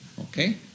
okay